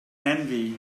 envy